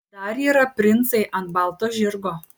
dar yra princai ant balto žirgo